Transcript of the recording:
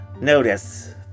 Notice